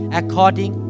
according